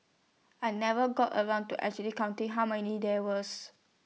I never got around to actually counting how many there was